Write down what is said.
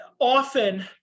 often